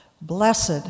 Blessed